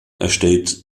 erstellt